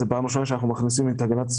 זאת פעם ראשונה שאנחנו מכניסים את הגנתה